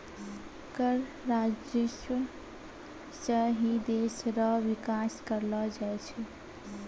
कर राजस्व सं ही देस रो बिकास करलो जाय छै